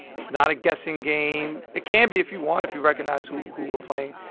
it's not a guessing game. it can be if you want if you recognize who who we're playing.